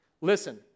Listen